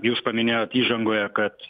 jūs paminėjot įžangoje kad